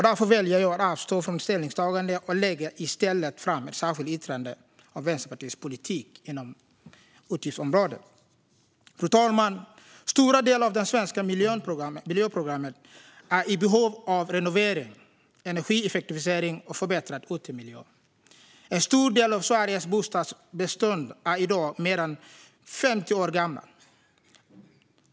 Därför väljer jag att avstå från ställningstagande och lägger i stället fram ett särskilt yttrande om Vänsterpartiets politik inom utgiftsområdet. Fru talman! Stora delar av det svenska miljonprogrammet är i behov av renovering, energieffektivisering och förbättrade utemiljöer. En stor del av Sveriges bostadsbestånd är i dag mer än 50 år gammalt.